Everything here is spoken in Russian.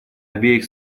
обеих